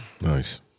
Nice